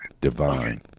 divine